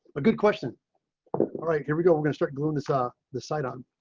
a good question. all right, here we go. we're gonna start gluing this off the site on